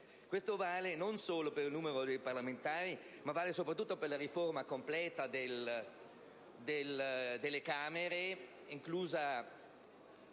Ciò vale non solo per il numero dei parlamentari, ma soprattutto per la riforma completa delle Camere, inclusa